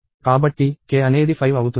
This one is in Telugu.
కాబట్టి k అనేది 5 అవుతుంది